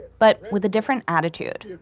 but with a different attitude.